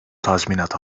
tazminat